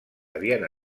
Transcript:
havien